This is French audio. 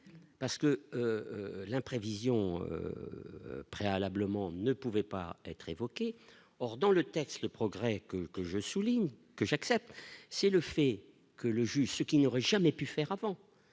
parce que l'imprévision. Préalablement, ne pouvait pas être évoquée, or dans le texte, le progrès que que je souligne que j'accepte, c'est le fait que le juge ce qui n'aurait jamais pu faire avant,